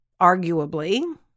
arguably